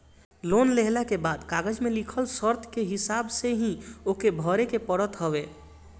loan लेहला के बाद कागज में लिखल शर्त के हिसाब से ही ओके भरे के पड़त हवे